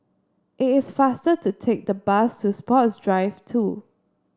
it is faster to take the bus to Sports Drive Two